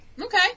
Okay